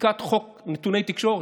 חקיקת חוק נתוני תקשורת.